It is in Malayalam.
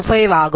25 ആകും